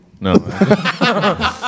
No